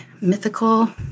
mythical